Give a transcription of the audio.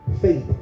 faith